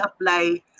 apply